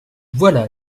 voilà